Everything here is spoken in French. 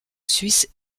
suisse